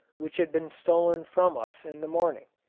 which had been stolen from us in the morning.